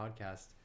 podcast